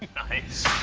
nice.